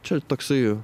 čia toksai